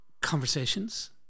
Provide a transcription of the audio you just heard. Conversations